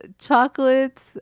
chocolates